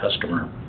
customer